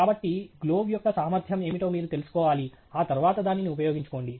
కాబట్టి గ్లోవ్ యొక్క సామర్ధ్యం ఏమిటో మీరు తెలుసుకోవాలి ఆ తరువాత దానిని ఉపయోగించుకోండి